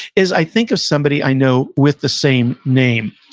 is, i think of somebody i know with the same name.